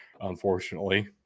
Unfortunately